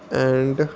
and